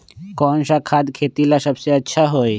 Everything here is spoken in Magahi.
कौन सा खाद खेती ला सबसे अच्छा होई?